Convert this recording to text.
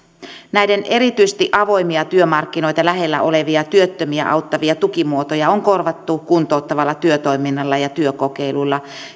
näitä erityisesti avoimia työmarkkinoita lähellä olevia työttömiä auttavia tukimuotoja on korvattu kuntouttavalla työtoiminnalla ja työkokeiluilla